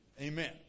Amen